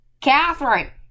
Catherine